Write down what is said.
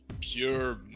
pure